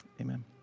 amen